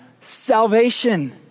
salvation